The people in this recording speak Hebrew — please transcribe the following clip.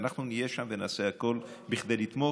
ואנחנו נהיה שם ונעשה הכול כדי לתמוך.